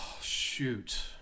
Shoot